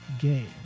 game